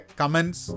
comments